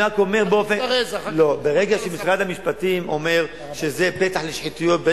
אני רק אומר שברגע שמשרד המשפטים אומר שזה פתח לשחיתויות,